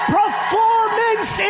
performance